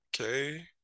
Okay